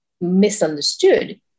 misunderstood